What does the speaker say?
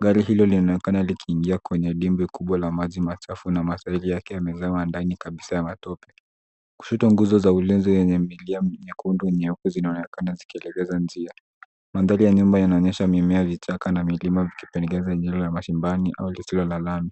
Gari hilo linaonekana kwenye dimbwi kubwa la maji machafu na matairi yake yamezama ndani kabisa ya matope. Kushoto nguzo za ulinzi zenye milia nyekundu nyeupe zinaoonekana zikioonekana likielekeza njia. Mandhari ya nyuma yanaonyesha mimea, vichaka na milima likipendekeza eneo la mashamba au likiwa la lami.